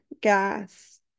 gas